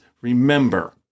Remember